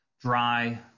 dry